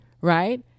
right